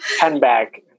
Handbag